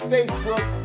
Facebook